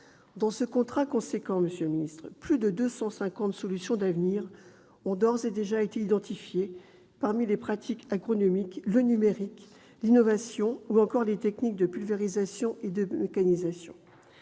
Dans ce contrat important, plus de 250 solutions d'avenir ont d'ores et déjà été identifiées parmi les pratiques agronomiques, le numérique, l'innovation variétale, ou encore les techniques de pulvérisation et de mécanisation.